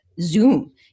Zoom